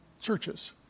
churches